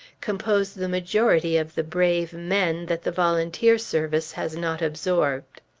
compose the majority of the brave men that the volunteer service has not absorbed.